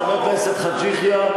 חבר הכנסת חאג' יחיא,